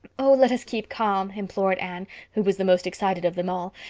oh, let us keep calm, implored anne, who was the most excited of them all,